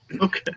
Okay